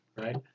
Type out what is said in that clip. right